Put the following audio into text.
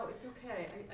it's ok.